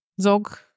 Zog